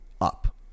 up